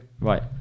Right